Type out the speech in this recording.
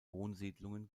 wohnsiedlungen